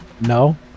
No